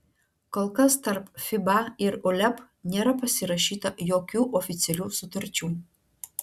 kol kas tarp fiba ir uleb nėra pasirašyta jokių oficialių sutarčių